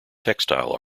textile